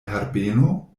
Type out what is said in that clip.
herbeno